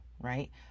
right